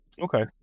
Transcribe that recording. Okay